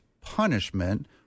punishment